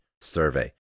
survey